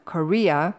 Korea